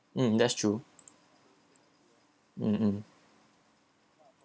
mm that's true mm mm